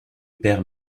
père